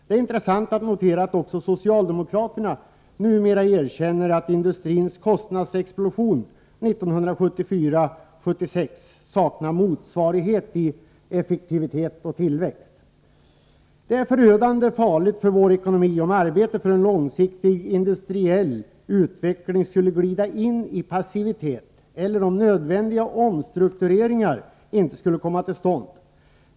Det är intressant att notera att också socialdemokraterna numera erkänner att industrins kostnadsexplosion 1974-76 saknade motsvarighet i effektivitet och tillväxt. Det är förödande för vår ekonomi om arbetet för en långsiktig industriell utveckling skulle glida in i passivitet eller om nödvändiga omstruktureringar inte skulle komma till stånd.